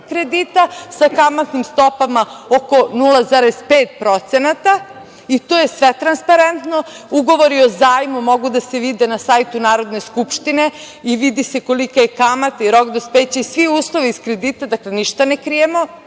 kredita, sa kamatnim stopama oko 0,5% i to je sve transparentno. Ugovori o zajmu mogu da se vide na sajtu Narodne skupštine, i vidi se kolika je kamata i rok dospeća i svi uslovi iz kredita, dakle, ništa ne krijemo,